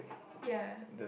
ya